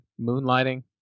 moonlighting